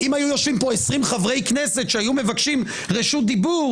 יושבים פה 20 חברי כנסת שהיו מבקשים רשות דיבור